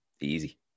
easy